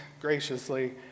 graciously